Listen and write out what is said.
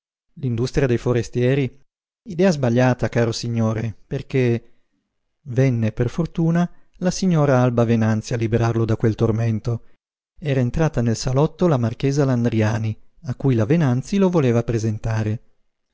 l'industria dei forestieri idea sbagliata caro signore perché venne per fortuna la signora alba venanzi a liberarlo da quel tormento era entrata nel salotto la marchesa landriani a cui la venanzi lo voleva presentare